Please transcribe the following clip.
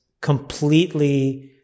completely